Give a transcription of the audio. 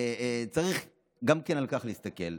צריך גם על כך להסתכל.